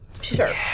Sure